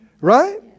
right